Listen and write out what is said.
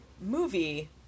movie